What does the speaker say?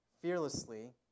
fearlessly